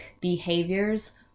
behaviors